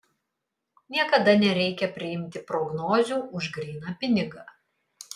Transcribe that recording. niekada nereikia priimti prognozių už gryną pinigą